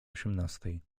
osiemnastej